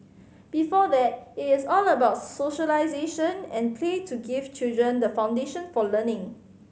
before that it is all about socialisation and play to give children the foundation for learning